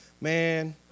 Man